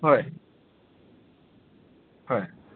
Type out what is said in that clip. হয় হয়